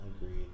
Agreed